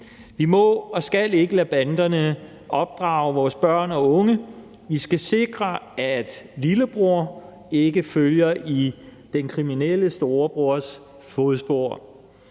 Vi må og skal ikke lade banderne opdrage vores børn og unge; vi skal sikre, at lillebror ikke følger i den kriminelles storebrors fodspor.